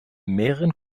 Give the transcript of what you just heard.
mehreren